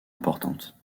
importante